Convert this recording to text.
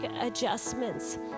adjustments